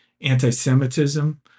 anti-Semitism